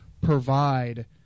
provide